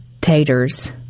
taters